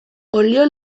olio